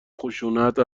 خشونت